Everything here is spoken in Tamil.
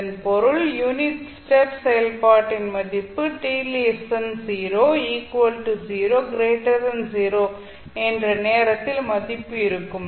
இதன் பொருள் யூனிட் ஸ்டெப் செயல்பாட்டின் மதிப்பு t 0 0 0 என்ற நேரத்தில் மதிப்பு இருக்கும்